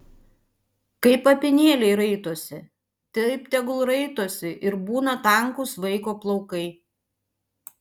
kaip apynėliai raitosi taip tegul raitosi ir būna tankūs vaiko plaukai